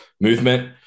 movement